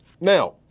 Now